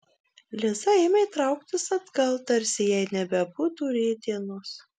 liza ėmė trauktis atgal tarsi jai nebebūtų rytdienos